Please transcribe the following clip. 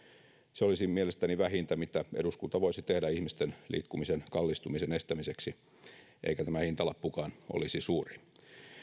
se olisi mielestäni vähintä mitä eduskunta voisi tehdä ihmisten liikkumisen kallistumisen estämiseksi eikä tämän hintalappukaan olisi suuri